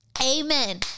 amen